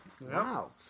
Wow